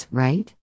right